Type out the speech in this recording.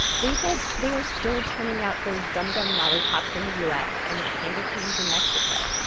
they said they are still churning out those dum dum lollipops in the u s. and candy canes in mexico.